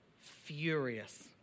furious